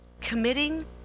committing